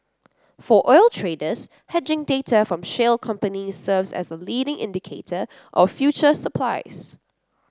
for oil traders hedging data from shale companies serves as a leading indicator of future supplies